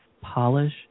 polish